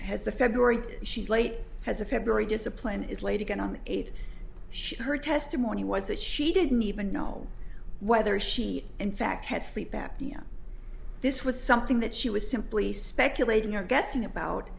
has the february she's late has a february discipline is laid again on the eighth she her testimony was that she didn't even know whether she in fact had sleep apnea this was something that she was simply speculating or guessing about